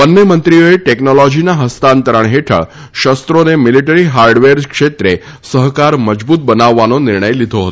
બંને મંત્રીઓએ ટેકનોલોજીના હસ્તાંતરણ હેઠળ શસ્ત્રો અને મિલીટરી હાર્ડવેર ક્ષેત્રે સહકાર મજબૂત બનાવવાનો નિર્ણય લીધો હતો